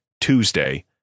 Tuesday